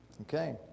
Okay